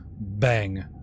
Bang